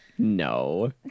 No